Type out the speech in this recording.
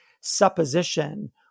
supposition